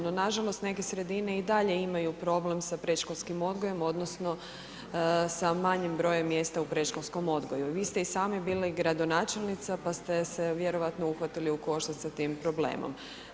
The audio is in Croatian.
No nažalost neke sredine i dalje imaju problem sa predškolskim odgojem, odnosno sa manjim brojem mjesta u predškolskom odgoju i vi ste i sami bili gradonačelnica pa ste se vjerojatno uhvatili u koštac sa tim problemom.